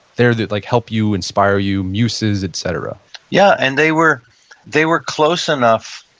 they're the like help you, inspire you, muses, et cetera yeah, and they were they were close enough,